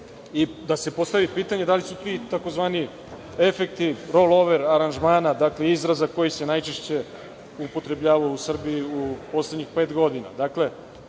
i da se postavi pitanje da li su ti tzv. efekti „rol over“ aranžmana, dakle, izraza koji se najčešće upotrebljavao u Srbiji u poslednjih pet godina…